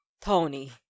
Tony